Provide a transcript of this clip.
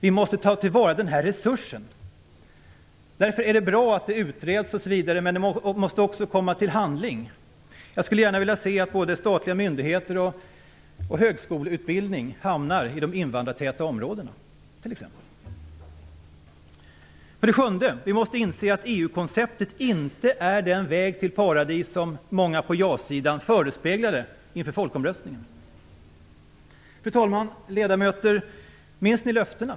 Vi måste ta till vara den här resursen. Därför är det bra att frågan utreds, men det måste också komma till handling. Jag skulle t.ex. gärna se att både statliga myndigheter och högskoleutbildning hamnar i invandrartäta områden. För det sjunde måste vi inse att EU-konceptet inte är den väg till paradiset som många på ja-sidan förespeglade inför folkomröstningen. Fru talman! Ledamöter! Minns ni löftena?